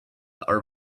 are